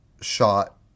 shot